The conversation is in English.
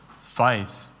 faith